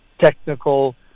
technical